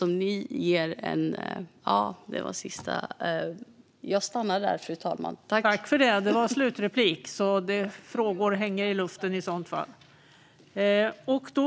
Men jag stannar där, för jag ser att Ludvig Aspling inte har någon ytterligare replik.